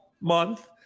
month